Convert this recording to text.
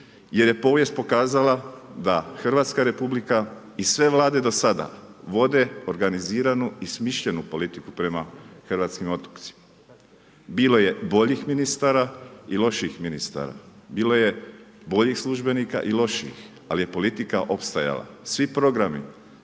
jer je povijest pokazala da Hrvatska republika i sve vlade do sada vode organiziranu i smišljenu politiku prema hrvatskim otocima. Bilo je boljih ministara i lošijih ministara, bilo je boljih službenika i lošijih, ali je politika opstajala, svi programi